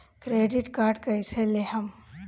Credit card कईसे लेहम?